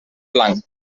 blanc